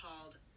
called